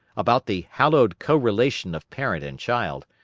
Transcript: about the hallowed co-relation of parent and child,